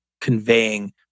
conveying